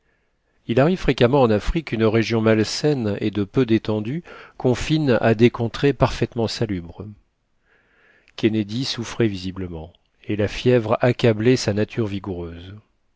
il arrive fréquemment en afrique qu'une région malsaine et de peu d'étendue confine à des contrées parfaitement salubres kennedy soufrait visiblement et la fièvre accablait sa nature vigoureuse